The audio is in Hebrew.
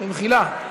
במחילה.